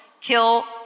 kill